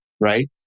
right